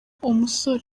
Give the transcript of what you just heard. umusore